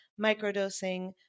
microdosing